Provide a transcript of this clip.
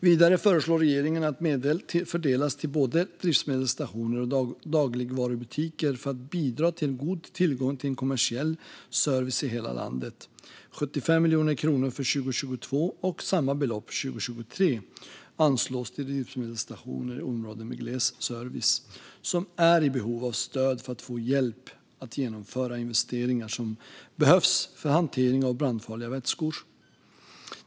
Vidare föreslår regeringen att medel fördelas till både drivmedelsstationer och dagligvarubutiker för att bidra till en god tillgång till kommersiell service i hela landet. Det anslås 75 miljoner kronor för 2022 och samma belopp för 2023 till drivmedelsstationer i områden med gles service, som är i behov av stöd för att få hjälp att genomföra investeringar som behövs för hantering av brandfarliga vätskor.